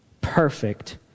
perfect